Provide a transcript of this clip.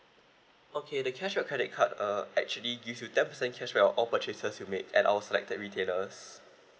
okay the cashback credit card uh actually give you ten percent cashback of all purchases you made at our selected retailers